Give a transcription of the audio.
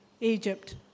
Egypt